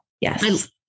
yes